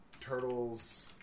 Turtles